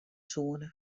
soene